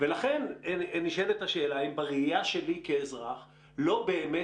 ולכן נשאלת השאלה האם בראיה שלי כאזרח לא באמת